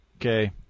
Okay